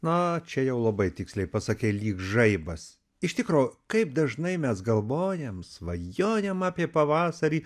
na čia jau labai tiksliai pasakei lyg žaibas iš tikro kaip dažnai mes galvojam svajojam apie pavasarį